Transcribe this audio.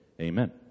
Amen